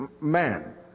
man